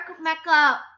Mecca